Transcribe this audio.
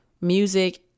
music